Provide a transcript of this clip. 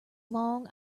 long